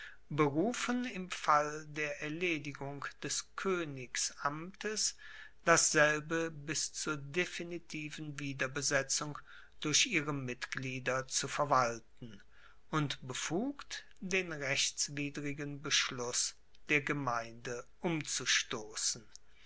berufen im fall der erledigung des koenigsamtes dasselbe bis zur definitiven wiederbesetzung durch ihre mitglieder zu verwalten und befugt den rechtswidrigen beschluss der gemeinde umzustossen